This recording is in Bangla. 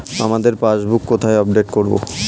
আমার পাসবুক কোথায় আপডেট করব?